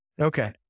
Okay